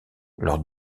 leur